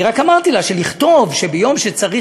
אני רק אמרתי לה שלכתוב שביום שצריך